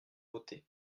voté